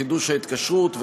חידוש ההתקשרות,